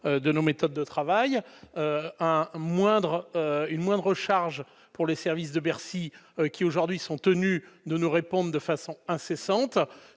de nos méthodes de travail moindre une moindre charge pour les services de Bercy qui aujourd'hui sont tenus de nous répondent de façon incessante,